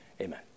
Amen